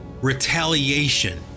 retaliation